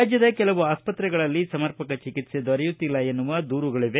ರಾಜ್ಯದ ಕೆಲವು ಆಸ್ಪತ್ರೆಗಳಲ್ಲಿ ಸಮರ್ಪಕ ಚಿಕಿತ್ಸೆ ದೊರೆಯುತ್ತಿಲ್ಲ ಎನ್ನುವ ದೂರುಗಳವೆ